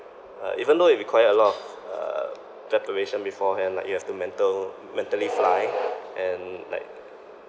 uh even though it require a lot of uh preparation beforehand like you have to mental mentally fly and like